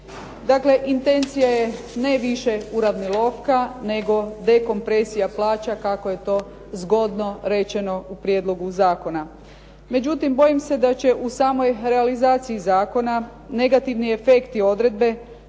Dakle, intencija je ne više uravnilovka, nego dekompresija plaća kako je to zgodno rečeno u prijedlogu zakona. Međutim, bojim se da će u samoj realizaciji zakona negativni efekti odredbe